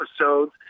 episodes